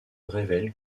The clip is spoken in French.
révèle